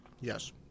Yes